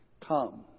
Come